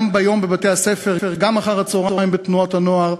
גם ביום בבתי-הספר, גם אחר-הצהריים בתנועות הנוער,